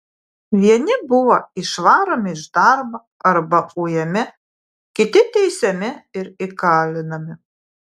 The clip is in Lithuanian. vieni buvo išvaromi iš darbo arba ujami kiti teisiami ir įkalinami